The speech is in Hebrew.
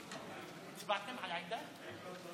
חבר הכנסת אנטאנס שחאדה.